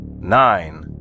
nine